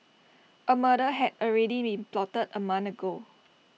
A murder had already been plotted A month ago